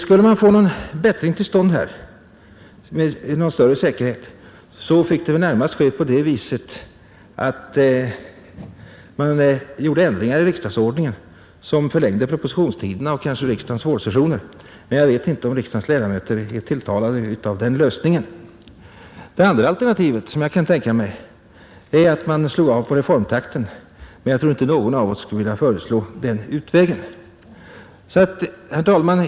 För att med någon större säkerhet få en bättring till stånd får man väl närmast försöka göra en ändring av riksdagsordningen med en förlängning av propositionstiderna och kanske riksdagens vårsessioner. Men jag vet inte om riksdagens ledamöter är tilltalade av den lösningen. Ett annat alternativ som kunde tänkas är att man slog av på reformtakten, men jag tror inte att någon av oss skulle vilja föreslå den utvägen. Herr talman!"